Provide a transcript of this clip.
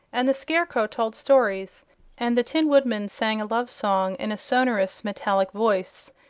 and the scarecrow told stories and the tin woodman sang a love song in a sonorous, metallic voice,